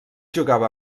jugava